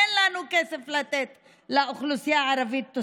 אין לנו כסף תוספתי לתת לאוכלוסייה הערבית.